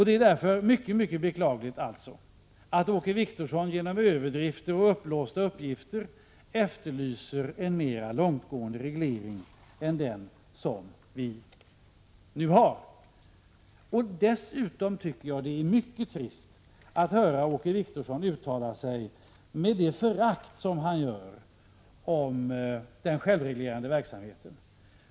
Det är därför mycket beklagligt att Åke Wictorsson genom överdrifter och uppblåsta uppgifter efterlyser en än mera långtgående reglering än den nuvarande. Dessutom är det mycket trist att höra Åke Wictorsson uttala sig med ett — Prot. 1986/87:130 sådant förakt om den självreglerande verksamheten.